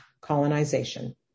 colonization